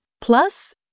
Plus